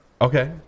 Okay